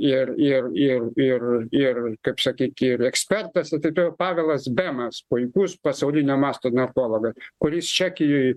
ir ir ir ir ir kaip sakyt ir ekspertas ir taip toliau pavelas bemas puikus pasaulinio masto narkologas kuris čekijoj